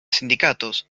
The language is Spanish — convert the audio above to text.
sindicatos